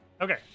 Okay